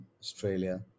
Australia